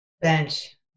Bench